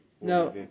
No